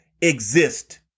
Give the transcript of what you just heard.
exist